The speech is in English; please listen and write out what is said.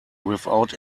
without